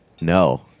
No